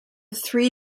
three